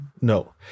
No